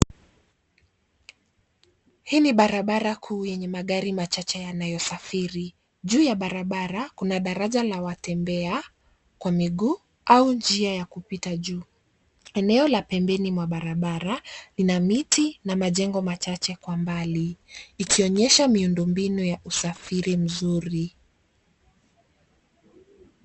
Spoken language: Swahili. Hii ni barabara kuu yenye magari machache yanayosafiri. Juu ya barabara, kuna daraja la watembea kwa miguu au njia ya kupita juu. Eneo la pembeni mwa barabara ina miti na majengo machache kwa mbali, ikionyesha miundombinu ya usafiri mzuri.